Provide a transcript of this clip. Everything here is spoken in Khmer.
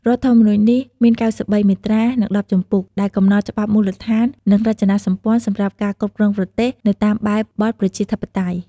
រដ្ឋធម្មនុញ្ញនេះ មាន ៩៣ មាត្រា និង ១០ ជំពូក ដែលកំណត់ច្បាប់មូលដ្ឋាន និងរចនាសម្ព័ន្ធសម្រាប់ការគ្រប់គ្រងប្រទេសនៅតាមបែបបទប្រជាធិបតេយ្យ។